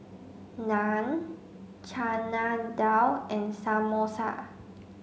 Naan Chana Dal and Samosa